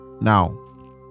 now